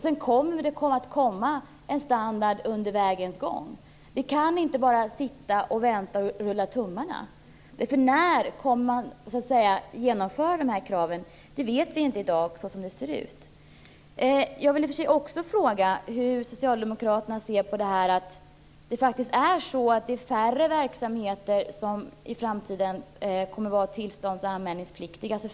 Sedan kan det utvecklas en standard under resans gång. Vi kan inte bara sitta och vänta och rulla tummarna. När kommer man att genomföra de här kraven? Det vet vi inte i dag så som det ser ut. Jag ville också fråga hur socialdemokraterna ser på att det faktiskt är färre verksamheter som i framtiden kommer att vara tillstånds och anmälningspliktiga.